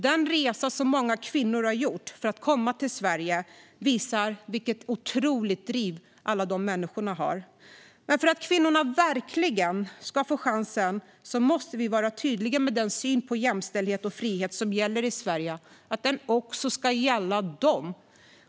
Den resa som många kvinnor har gjort för att komma till Sverige visar vilket otroligt driv dessa människor har. Men för att kvinnorna verkligen ska få chansen måste vi vara tydliga med att den syn på jämställdhet och frihet som gäller i Sverige också ska gälla dem.